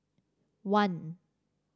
one